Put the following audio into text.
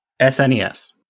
SNES